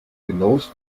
genaues